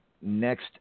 Next